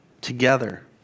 together